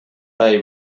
bay